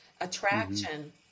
attraction